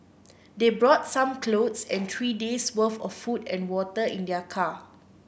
they brought some clothes and three days' worth of food and water in their car